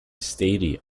stadium